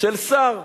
של שר,